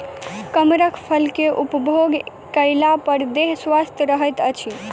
कमरख फल के उपभोग कएला पर देह स्वस्थ रहैत अछि